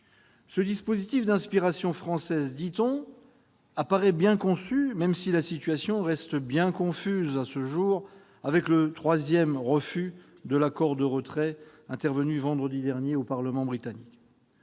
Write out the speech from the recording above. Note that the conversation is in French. Ce dispositif, d'inspiration française dit-on, apparaît bien conçu, même si la situation reste confuse à ce jour, avec le troisième refus de l'accord de retrait, intervenu vendredi dernier au Parlement britannique.